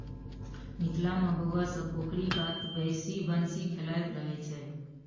मिथिला मे बौआ सब पोखरि कात बैसि बंसी खेलाइत रहय छै